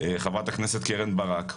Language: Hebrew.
חברת הכנסת קרן ברק,